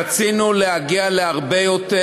רצינו להגיע להרבה יותר,